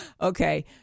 okay